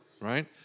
right